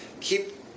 keep